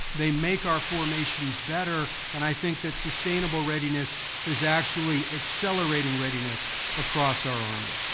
they make our formations better. and i think that sustainable readiness is actually accelerating readiness across our army.